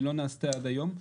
היא לא נעשתה עד היום.